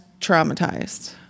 traumatized